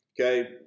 Okay